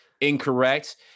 incorrect